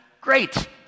great